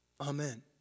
Amen